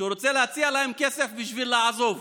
כסף בשביל לעזוב.